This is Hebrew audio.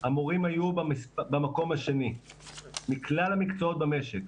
המורים היו במקום השני מכלל המקצועות במשק.